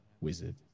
wizard